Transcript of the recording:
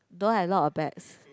don't have lots of bags